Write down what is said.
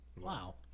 Wow